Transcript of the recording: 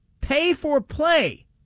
pay-for-play